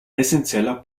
essenzieller